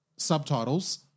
...subtitles